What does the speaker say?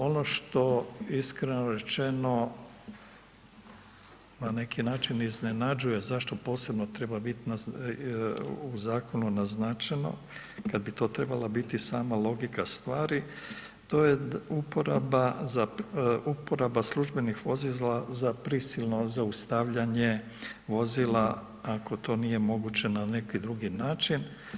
Ono što iskreno rečeno na neki način iznenađuje zašto treba posebno biti u zakonu naznačeno, kad bi to trebala biti samo logika stvari, to je uporaba službenih vozila za prisilno zaustavljanje vozila ako to nije moguće na neki drugi način.